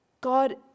God